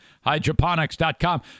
hydroponics.com